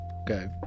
Okay